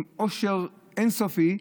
עם עושר אין-סופי,